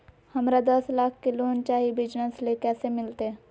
हमरा दस लाख के लोन चाही बिजनस ले, कैसे मिलते?